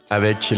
avec